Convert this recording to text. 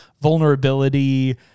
vulnerability